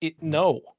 No